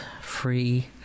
Free